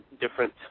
different